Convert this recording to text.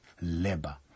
labor